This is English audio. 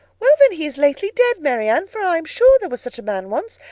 well, then, he is lately dead, marianne, for i am sure there was such a man once,